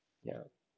yeah